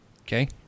Okay